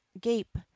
gape